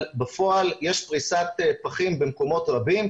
אבל בפועל יש פריסת פחים במקומות רבים.